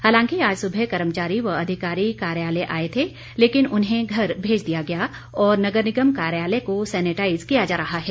हालांकि आज सुबह कर्मचारी व अधिकारी कार्यालय आए थे लेकिन उन्हें घर भेज दिया गया और नगर निगम कार्यालय को सेनेटाईज किया जा रहा है